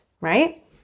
right